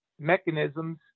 mechanisms